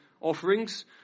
offerings